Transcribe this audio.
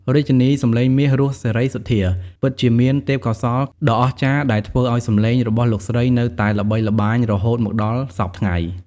រាជិនីសំឡេងមាស រស់ សេរីសុទ្ធា ពិតជាមានទេពកោសល្យដ៏អស្ចារ្យដែលធ្វើឱ្យសំឡេងរបស់លោកស្រីនៅតែល្បីល្បាញរហូតមកដល់សព្វថ្ងៃ។